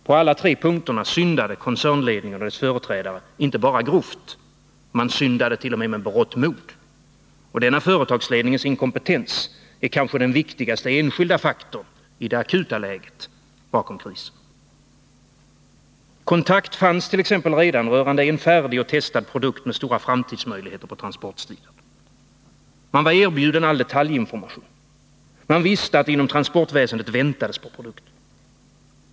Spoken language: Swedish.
På alla tre punkterna syndade koncernledningen och dess företrädare, inte bara grovt — man syndade t.o.m. med berått mod. Denna företagsledningens inkompetens är i det akuta läget den kanske viktigaste enskilda faktorn bakom krisen. Kontakt fanns t.ex. redan rörande en färdig och testad produkt med stora framtidsmöjligheter på transportsidan. Man var erbjuden all detaljinformation. Man visste att det inom transportväsendet väntades på produkten.